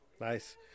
Nice